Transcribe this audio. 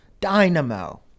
Dynamo